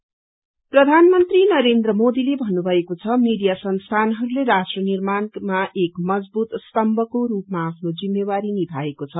media role प्रधानमन्त्री नरेन्दू मोदीले भन्नुभएको छ मीडिया संस्थानहरूले राश्ट्र निर्माणमा एक मजबूत स्तम्भको रूपमा आफ्नो जिम्मेदारी निभाएको छ